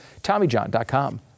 tommyjohn.com